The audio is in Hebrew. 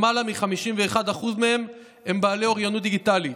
למעלה מ-51% מהם הם בעלי אוריינות דיגיטלית,